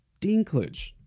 Dinklage